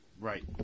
Right